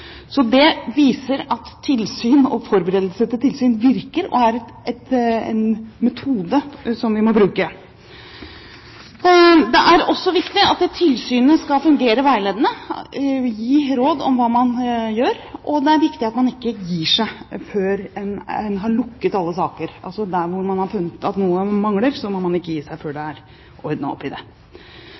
Det viser at tilsyn og forberedelse til tilsyn virker og er en metode som vi må bruke. Det er også viktig at tilsynet skal fungere veiledende, gi råd om hva man gjør, og det er viktig at man ikke gir seg før man har lukket alle saker. Altså, der hvor man har funnet at noe mangler, må man ikke gi seg før det er ordnet opp i det.